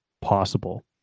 possible